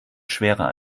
schwerer